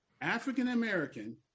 African-American